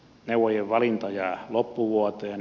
neuvojien valinta jää loppuvuoteen